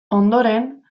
ondoren